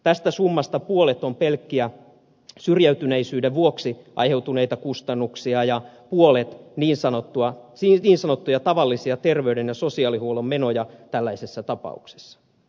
tästä summasta puolet on pelkkiä syrjäytyneisyyden vuoksi aiheutuneita kustannuksia ja puolet niin sanottuja tavallisia terveyden ja sosiaalihuollon menoja tällaisessa tapauksessa